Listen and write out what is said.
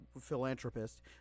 philanthropist